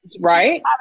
right